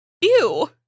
Ew